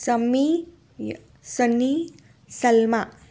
सम्मी य सनी सलमा